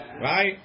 Right